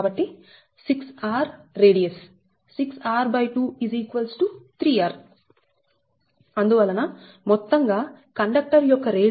కాబట్టి 6r radius 6r2 3r అందువలనమొత్తంగా conductor యొక్క రేడియస్ 3r